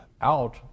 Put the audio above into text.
out